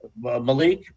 Malik